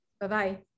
Bye-bye